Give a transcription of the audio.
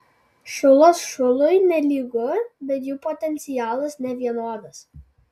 šulas šului nelygu bet jų potencialas nevienodas